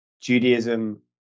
Judaism